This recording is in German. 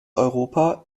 europa